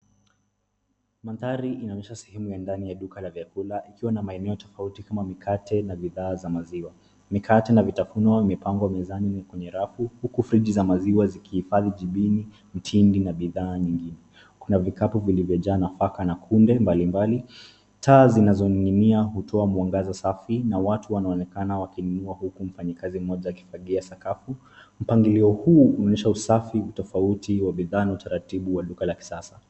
Mandhari inaonyesha sehemu ya ndani ya duka la vyakula, ikiwa na maeneo tofauti kama mikate na bidhaa za maziwa. Mikate na vitafuno imepangwa mezani na kwenye rafu huku friji za maziwa zikihifadhi jibini, mitindi na bidhaa zingine. Kuna vikapu vilivyojaa nafaka na kunde mbalimbali. Taa zinazoning'inia hutua mwangaza safi na watu wanaonekana kununua huku mfanyikazi akifagia sakafu. Mpangilio huu huonyesha usafi, utofauti wabidhaa na utaratibu wa duka la kisasa.